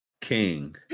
King